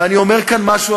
ואני אומר כאן משהו,